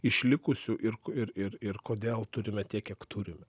išlikusių ir ir ir ir kodėl turime tiek kiek turime